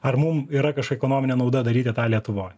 ar mum yra kažk ekonominė nauda daryti tą lietuvoj